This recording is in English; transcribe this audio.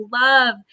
love